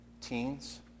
teens